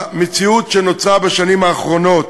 במציאות שנוצרה בשנים האחרונות,